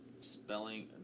spelling